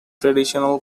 traditional